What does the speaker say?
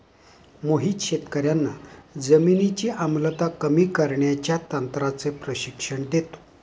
मोहित शेतकर्यांना जमिनीची आम्लता कमी करण्याच्या तंत्राचे प्रशिक्षण देतो